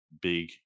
big